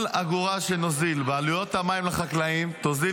כל אגורה שנוזיל בעלויות המים לחקלאים תוזיל